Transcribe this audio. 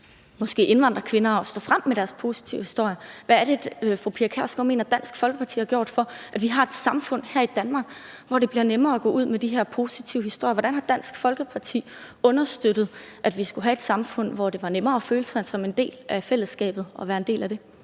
de her indvandrerkvinder i forhold til at stå frem med deres positive historier. Hvad er det fru Pia Kjærsgaard mener Dansk Folkeparti har gjort for, at vi har et samfund her i Danmark, hvor det bliver nemmere at gå ud med de her positive historier? Hvordan har Dansk Folkeparti understøttet, at vi skulle have et samfund, hvor det var nemmere at føle sig som en del af fællesskabet og at være en del af det?